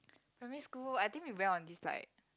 primary school I think we went on this like